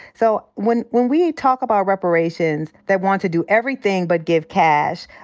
so when when we talk about reparations that want to do everything but give cash,